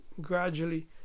gradually